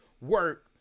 work